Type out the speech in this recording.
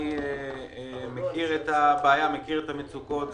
מכיר את המצוקות,